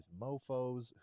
mofos